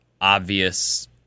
obvious